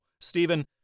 Stephen